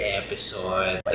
episode